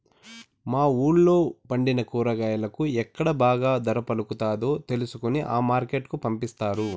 మా వూళ్ళో పండిన కూరగాయలను ఎక్కడ బాగా ధర పలుకుతాదో తెలుసుకొని ఆ మార్కెట్ కు పంపిస్తారు